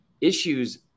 issues